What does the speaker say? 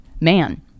man